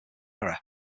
error